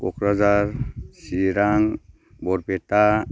Kokrajhar Chirang Barpeta